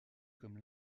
comme